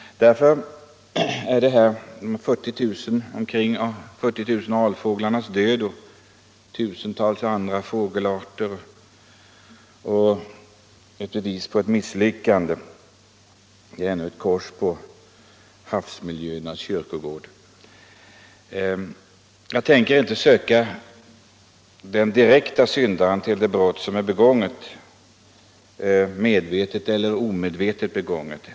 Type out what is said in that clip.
Därför är de omkring 40 000 alfåglarnas och tusentals andra fåglars död ett bevis påett misslyckande. Det är ännu ett kors på havsmiljöernas kyrkogård. Jag tänker inte söka den direkta syndaren till det brott som medvetet eller omedvetet är begånget.